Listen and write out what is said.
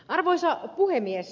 arvoisa puhemies